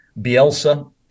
Bielsa